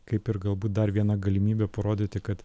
kaip ir galbūt dar viena galimybė parodyti kad